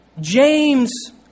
James